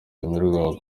ngo